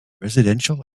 residential